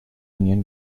onion